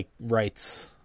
rights